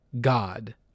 God